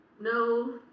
no